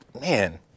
man